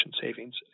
savings